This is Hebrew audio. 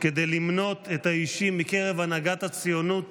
כדי למנות את האישים מקרב הנהגת הציונות